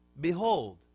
Behold